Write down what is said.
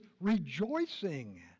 rejoicing